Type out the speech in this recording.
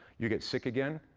you get sick again,